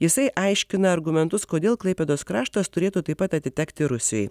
jisai aiškina argumentus kodėl klaipėdos kraštas turėtų taip pat atitekti rusijai